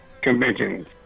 Convention